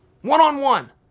One-on-one